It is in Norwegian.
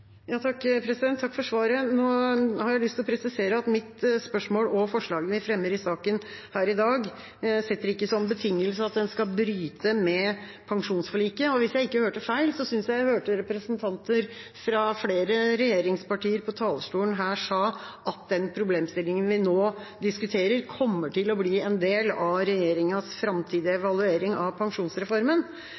Takk for svaret. Jeg har lyst til å presisere at mitt spørsmål og forslaget vi fremmer i saken her i dag, setter ikke som betingelse at en skal bryte med pensjonsforliket. Hvis jeg ikke hørte feil, synes jeg at jeg hørte representanter fra flere regjeringspartier på talerstolen si at den problemstillingen vi nå diskuterer, kommer til å bli en del av regjeringas framtidige evaluering av pensjonsreformen.